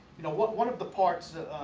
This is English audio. you know what one of the parts of